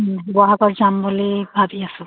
শিৱসাগৰত যাম বুলি ভাবি আছোঁ